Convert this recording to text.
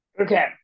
okay